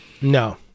No